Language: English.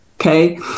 okay